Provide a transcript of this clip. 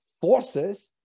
forces